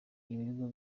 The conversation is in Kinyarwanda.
ibigo